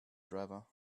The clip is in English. driver